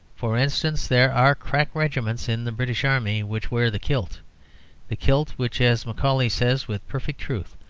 for instance, there are crack regiments in the british army which wear the kilt the kilt which, as macaulay says with perfect truth,